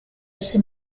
ese